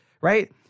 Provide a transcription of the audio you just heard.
right